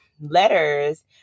letters